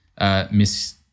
Miss